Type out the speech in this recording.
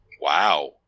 Wow